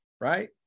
right